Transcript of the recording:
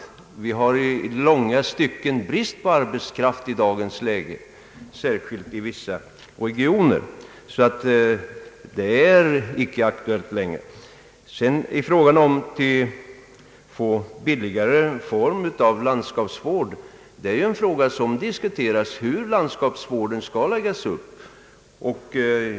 Det råder på många områden brist på arbetskraft i dagens läge, särskilt i vissa regioner, och därför är detta argument inte längre aktuellt. Frågan om en billigare form av landskapsvård diskuteras i samband med problemen hur landskapsvården skall läggas upp.